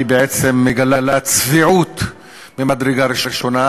בעצם מגלה צביעות ממדרגה ראשונה,